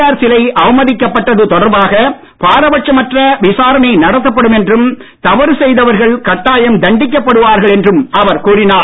R சிலை அவமதிக்கப் பட்டது தொடர்பாக பாரபட்சமற்ற விசாரணை நடத்தப்படும் என்றும் தவறு செய்தவர்கள் கட்டாயம் தண்டிக்கப்படுவார்கள் என்றும் அவர் கூறினார்